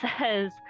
says